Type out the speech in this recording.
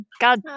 God